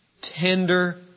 tender